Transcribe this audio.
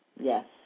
yes